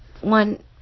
one